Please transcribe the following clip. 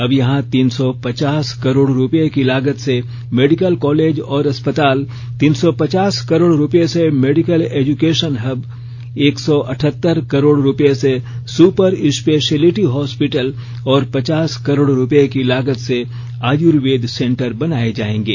अब यहां तीन सौ पचास करोड रुपए की लागत से मेडिकल कॉलेज और अस्पताल तीन सौ पचास करोड़ रुपए से मेडिकल एजुकेशनल हब एक सौ अठहतर करोड़ रुपए से सुपर स्पेशियलिटी हॉस्पिटल और पचास करोड़ रुपए की लाग से आयुर्वेद सेंटर बनाए जाएंगे